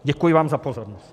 Děkuji vám za pozornost.